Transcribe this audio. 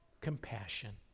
compassion